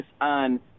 on